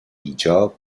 ایجاب